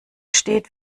steht